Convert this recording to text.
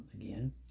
again